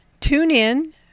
TuneIn